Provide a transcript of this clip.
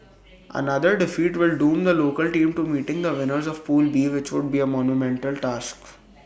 another defeat will doom the local team to meeting the winners of pool B which would be A monumental task